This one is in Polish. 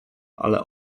ale